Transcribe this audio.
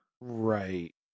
Right